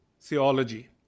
Theology